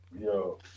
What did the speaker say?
Yo